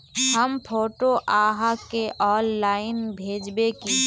हम फोटो आहाँ के ऑनलाइन भेजबे की?